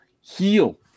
heal